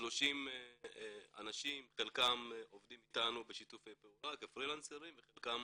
כ-30 אנשים חלקם עובדים איתנו בשיתופי פעולה כפרילנסרים וחלקם